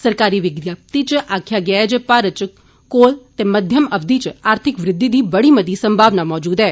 सरकारी विज्ञप्ति च आक्खेआ गेआ जे भारत च कोल ते मध्यम अवधि च आर्थिक वृद्धि दी बड़ी मती संभावना मजूद ऐ